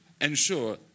ensure